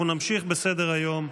אנחנו נמשיך בסדר-היום,